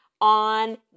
on